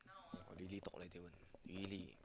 !wah! really talk like Davon really